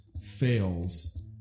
fails